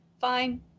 Fine